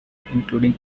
including